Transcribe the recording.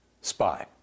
Spy